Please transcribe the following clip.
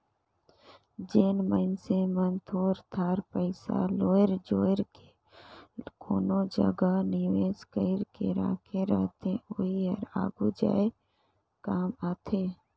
जेन मइनसे मन थोर थार पइसा लोएर जोएर के कोनो जगहा निवेस कइर के राखे रहथे ओही हर आघु जाए काम आथे